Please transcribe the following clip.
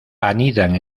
anidan